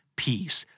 peace